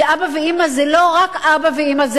כי אבא ואמא זה לא רק אבא ואמא,